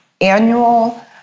annual